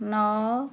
ନଅ